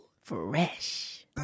fresh